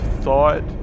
thought